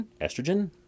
Estrogen